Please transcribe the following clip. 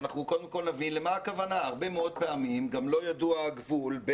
שאנחנו מלמדים אותם זה את הרעיון של לכידות חברתית,